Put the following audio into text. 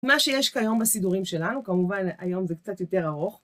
מה שיש כיום בסידורים שלנו, כמובן היום זה קצת יותר ארוך.